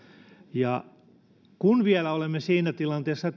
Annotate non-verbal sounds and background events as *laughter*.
ja kun vielä olemme siinä tilanteessa *unintelligible*